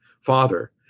father